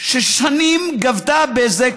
ששנים גבתה בזק,